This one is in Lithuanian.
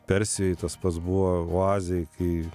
persijoj tas pats buvo oazėj kai